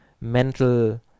mental